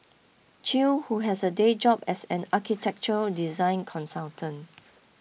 Chew who has a day job as an architectural design consultant